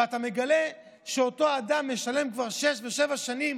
ומגלה שאותו אדם משלם כבר שש ושבע שנים